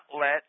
let